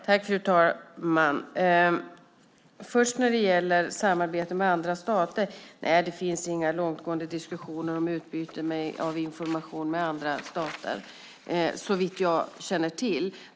Fru talman! När det först gäller frågan om samarbete med andra stater finns det inga långtgående diskussioner om utbyte av information med andra stater, såvitt jag känner till.